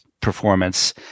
performance